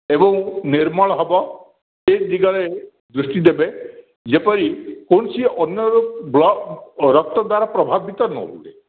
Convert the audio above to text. ଏବଂ ନିର୍ମଳ ହେବ ସେ ଦିଗରେ ଦୃଷ୍ଟି ଦେବେ ଯେପରି କୌଣସି ଅନ୍ୟର ବ୍ଲଡ଼୍ ରକ୍ତ ଦ୍ଵାରା ପ୍ରଭାବିତ ନ ହୁଏ